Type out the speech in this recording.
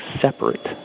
separate